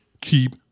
keep